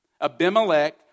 Abimelech